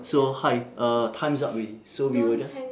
so hi uh time's up already so we will just